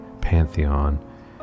Pantheon